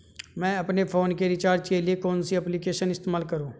मैं अपने फोन के रिचार्ज के लिए कौन सी एप्लिकेशन इस्तेमाल करूँ?